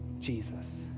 Jesus